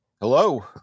Hello